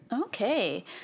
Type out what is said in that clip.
Okay